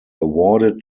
awarded